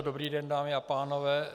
Dobrý den, dámy a pánové.